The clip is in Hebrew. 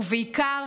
ובעיקר,